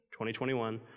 2021